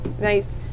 Nice